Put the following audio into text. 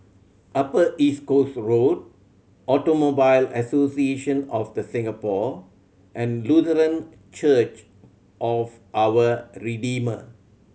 Upper East Coast Road Automobile Association of The Singapore and Lutheran Church of Our Redeemer